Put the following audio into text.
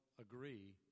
agree